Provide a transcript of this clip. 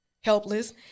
helpless